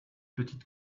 petite